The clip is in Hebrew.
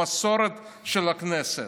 במסורת של הכנסת.